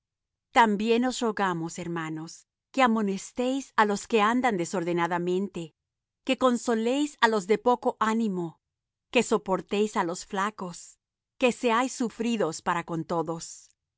también os rogamos hermanos que amonestéis á los que andan desordenadamente que consoléis á los de poco ánimo que soportéis á los flacos que seáis sufridos para con todos